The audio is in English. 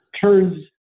turns